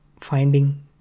finding